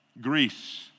Greece